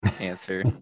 answer